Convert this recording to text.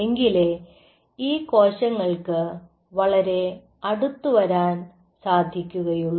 എങ്കിലേ ഈ കോശങ്ങൾക്ക് വളരെ അടുത്ത് വരാൻ സാധിക്കുകയുള്ളൂ